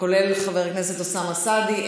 כולל חבר הכנסת אוסאמה סעדי.